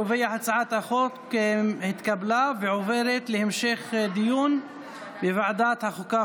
אני קובע שהצעת החוק התקבלה ועוברת להמשך דיון בוועדת החוקה,